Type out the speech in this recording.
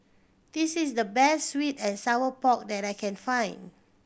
this is the best sweet and sour pork that I can find